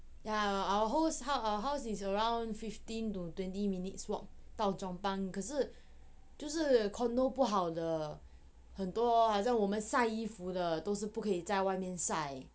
ya our ho~ our house is around fifteen to twenty minutes walk 到 chong pang 可是就是 condo 不好的很多好像我们晒衣服的都是不可以在外面晒